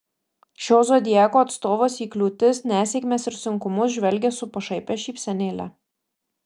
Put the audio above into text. šio zodiako atstovas į kliūtis nesėkmes ir sunkumus žvelgia su pašaipia šypsenėle